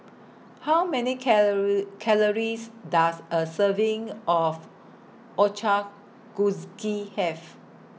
How Many Calories Does A Serving of Ochazuke Have